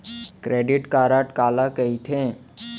Credit card काला कहिथे?